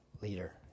leader